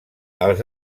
els